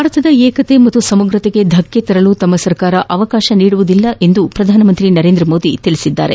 ಭಾರತದ ಏಕತೆ ಮತ್ತು ಸಮಗ್ರತೆಗೆ ಧಕ್ಕೆ ತರಲು ತಮ್ಮ ಸರ್ಕಾರ ಅವಕಾಶ ನೀಡುವುದಿಲ್ಲ ಎಂದು ಪ್ರಧಾನಮಂತ್ರಿ ನರೇಂದ್ರ ಮೋದಿ ತಿಳಿಸಿದ್ದಾರೆ